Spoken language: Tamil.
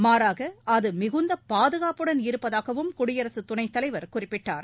மாறாக அது மிகுந்த பாதுகாப்புடன் இருப்பதாகவும் குடியரசு துணைத் தலைவர் குறிப்பிட்டார்